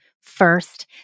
first